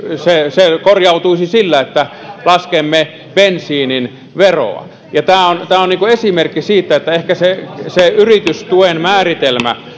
se korjautuisi sillä että laskemme bensiinin veroa tämä on esimerkki siitä että ehkä se se yritystuen määritelmä